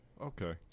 Okay